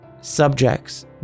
Subjects